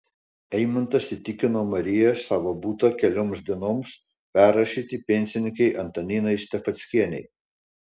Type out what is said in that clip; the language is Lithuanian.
eimantas įtikino mariją savo butą kelioms dienoms perrašyti pensininkei antaninai stafeckienei